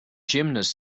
gymnast